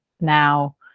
now